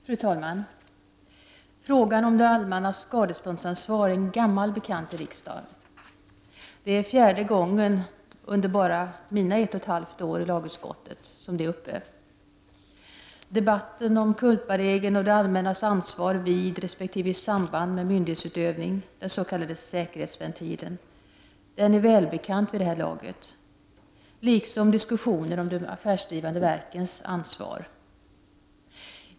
Fru talman! Frågan om det allmännas skadeståndsansvar är en gammal bekant i riksdagen. Det här är fjärde gången bara under mina ett och ett halvt år i lagutskottet som frågan är uppe till behandling. med” myndighetsutövning och den s.k. säkerhetsventilen, är välbekant vid det här laget, liksom diskussionen om de affärsdrivande verkens ansvar.